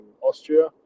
Austria